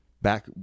Back